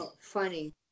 Funny